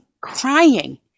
crying